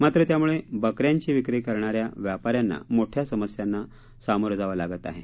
मात्र त्याम्ळे बकऱ्यांची विक्री करणाऱ्या व्यापाऱ्यांना मोठ्या समस्यांना सामोरं जावं लागत आहे